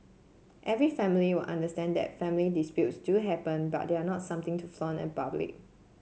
every family will understand that family disputes do happen but they are not something to flaunt in public